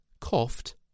coughed